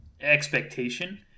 expectation